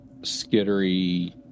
skittery